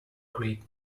greek